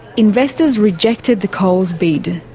investors rejected the coles bid.